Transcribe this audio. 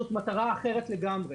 זאת מטרה אחרת לגמרי.